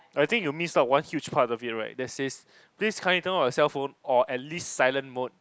I think you missed out one huge part of it right that says please kindly turn off your cell phone or at least silent mode